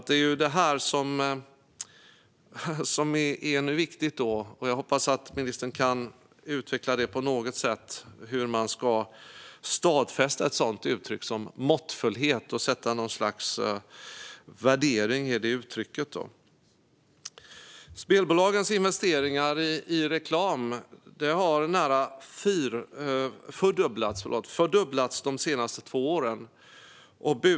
Det här är viktigt, och jag hoppas att ministern på något sätt kan utveckla hur man ska stadfästa ett uttryck som "måttfullhet" och sätta något slags värdering i uttrycket. Spelbolagens investeringar i reklam har närapå fördubblats de senaste två åren.